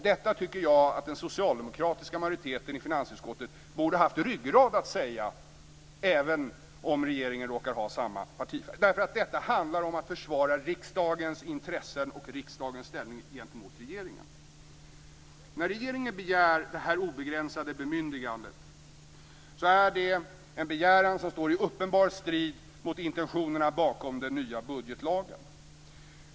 Detta borde den socialdemokratiska majoriteten i finansutskottet haft ryggrad att säga, även om regeringen råkar ha samma partifärg. Det handlar nämligen om att försvara riksdagens intressen och riksdagens ställning gentemot regeringen. När regeringen begär det här obegränsade bemyndigandet är det en begäran som står i uppenbar strid med intentionerna bakom den nya budgetlagen.